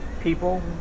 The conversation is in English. people